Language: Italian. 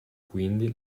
quindi